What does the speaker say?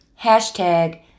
Hashtag